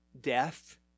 death